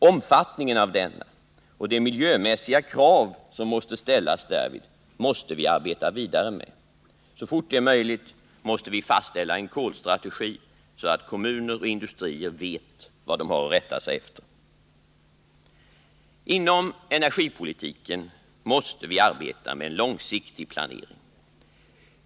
Omfattningen av denna och de miljömässiga krav som måste ställas därvid måste vi arbeta vidare med. Så fort det är möjligt måste vi fastställa en kolstrategi, så att kommuner och industrier vet vad de har att rätta sig efter. Inom energipolitiken måste vi arbeta med en långsiktig planering.